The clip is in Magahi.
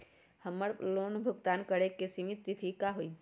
हमर लोन भुगतान करे के सिमित तिथि का हई?